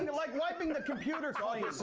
and like wiping the computer clean.